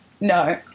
No